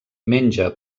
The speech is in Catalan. menja